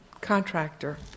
contractor